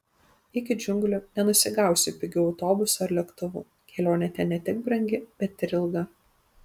iki džiunglių nenusigausi pigiu autobusu ar lėktuvu kelionė ten ne tik brangi bet ir ilga